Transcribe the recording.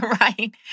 right